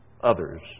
others